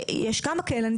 יש כמה כאלה,